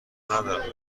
ندارم